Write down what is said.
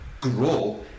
grow